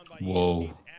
Whoa